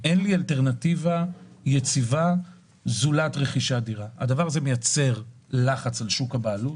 שאין אלטרנטיבה יציבה זולת רכישת דירה מייצרת לחץ על שוק הבעלות,